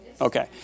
Okay